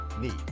need